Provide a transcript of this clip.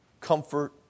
comfort